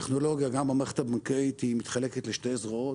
טכנולוגיה, גם המערכת הבנקאית מתחלקת לשתי זרועות.